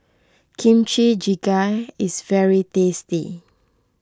Kimchi Jjigae is very tasty